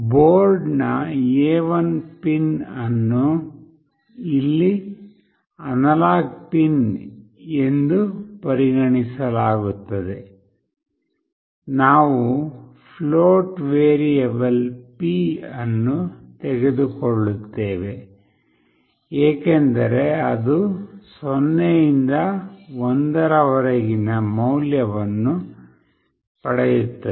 ಬೋರ್ಡ್ನ A1 pin ಅನ್ನು ಇಲ್ಲಿ ಅನಲಾಗ್ ಪಿನ್ ಎಂದು ಪರಿಗಣಿಸಲಾಗುತ್ತದೆ ನಾವು ಫ್ಲೋಟ್ ವೇರಿಯಬಲ್ p ಅನ್ನು ತೆಗೆದುಕೊಳ್ಳುತ್ತೇವೆ ಏಕೆಂದರೆ ಅದು 0 ಇಂದ 1 ರವರೆಗಿನ ಮೌಲ್ಯವನ್ನು ಪಡೆಯುತ್ತದೆ